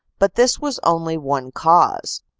but this was only one cause.